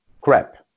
crap